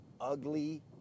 ugly